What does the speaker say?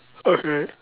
okay